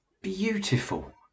beautiful